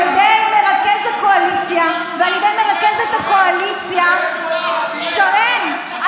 על ידי מרכז הקואליציה ועל ידי מרכזת הקואליציה: שרן,